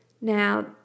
Now